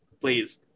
please